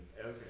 Okay